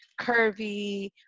curvy